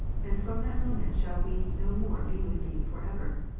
and from that moment shall we no more be with thee for ever?